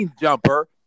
jumper